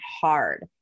hard